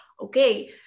okay